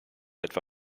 etwa